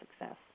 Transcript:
success